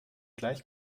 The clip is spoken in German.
gleich